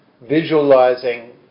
visualizing